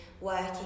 Working